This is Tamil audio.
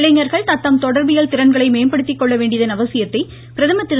இளைஞர்கள் தத்தம் தொடர்பியல் திறன்களை மேம்படுத்திக்கொள்ள வேண்டியதன் அவசியத்தை பிரதமர் திரு